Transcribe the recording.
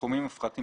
71.סכומים מופחתים